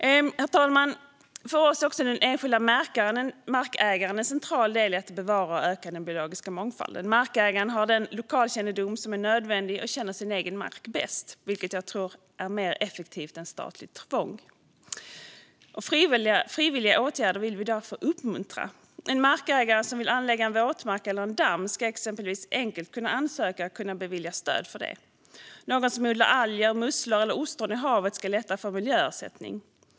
Herr talman! För oss är också den enskilda markägaren en central del i att bevara och öka den biologiska mångfalden. Markägaren har den lokalkännedom som är nödvändig och känner sin egen mark bäst. Detta är, tror jag, mer effektivt än statligt tvång. Frivilliga åtgärder vill vi därför uppmuntra. En markägare som vill anlägga en våtmark eller en damm ska exempelvis enkelt kunna ansöka om och beviljas stöd för det. Någon som odlar alger, musslor eller ostron i havet ska lättare kunna få miljöersättning.